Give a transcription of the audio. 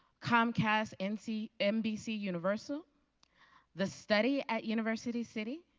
comcast nbc nbc universal the study at university city,